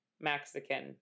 mexican